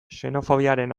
xenofobiaren